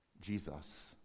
Jesus